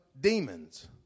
demons